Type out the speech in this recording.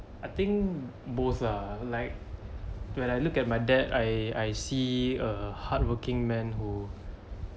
I think both lah like when I look at my dad I I see a hardworking man who who